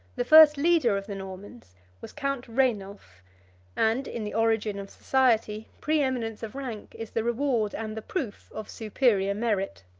the first leader of the normans was count rainulf and, in the origin of society, preeminence of rank is the reward and the proof of superior merit.